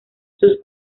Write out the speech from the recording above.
sus